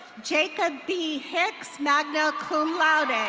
jacob b hicks, magna cum laude.